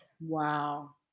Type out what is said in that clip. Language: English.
Wow